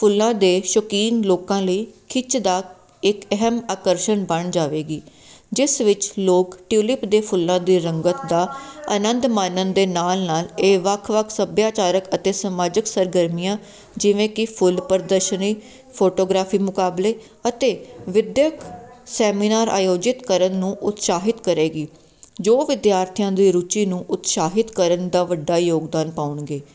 ਫੁੱਲਾਂ ਦੇ ਸ਼ੌਕੀਨ ਲੋਕਾਂ ਲਈ ਖਿੱਚ ਦਾ ਇੱਕ ਅਹਿਮ ਆਕਰਸ਼ਣ ਬਣ ਜਾਵੇਗੀ ਜਿਸ ਵਿੱਚ ਲੋਕ ਟਿਉਲਿਪ ਦੇ ਫੁੱਲਾਂ ਦੇ ਰੰਗਤ ਦਾ ਆਨੰਦ ਮਾਨਣ ਦੇ ਨਾਲ ਨਾਲ ਇਹ ਵੱਖ ਵੱਖ ਸੱਭਿਆਚਾਰਕ ਅਤੇ ਸਮਾਜਿਕ ਸਰਗਰਮੀਆਂ ਜਿਵੇਂ ਕਿ ਫੁੱਲ ਪ੍ਰਦਰਸ਼ਨੀ ਫੋਟੋਗ੍ਰਾਫੀ ਮੁਕਾਬਲੇ ਅਤੇ ਵਿਦਿਅਕ ਸੈਮੀਨਾਰ ਆਯੋਜਿਤ ਕਰਨ ਨੂੰ ਉਤਸ਼ਾਹਿਤ ਕਰੇਗੀ ਜੋ ਵਿਦਿਆਰਥੀਆਂ ਦੀ ਰੁਚੀ ਨੂੰ ਉਤਸ਼ਾਹਿਤ ਕਰਨ ਦਾ ਵੱਡਾ ਯੋਗਦਾਨ ਪਾਉਣਗੇ